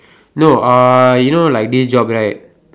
no uh you know like this job right